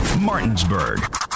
Martinsburg